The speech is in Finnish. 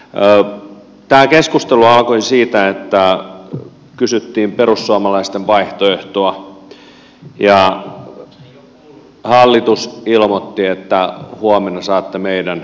tämä keskustelu alkoi siitä että kysyttiin perussuomalaisten vaihtoehtoa ja hallitus ilmoitti että huomenna saatte meidän vaihtoehtomme